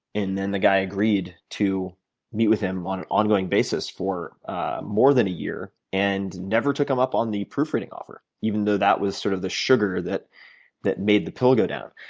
and then the guy agreed to meet with him on an ongoing basis for more than a year and never took him up on the proofreading offer even though that was sort of the sugar that that made the pill go down.